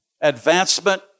advancement